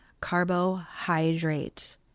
carbohydrate